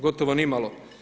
Gotovo nimalo.